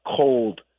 cold